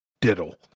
diddle